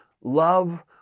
love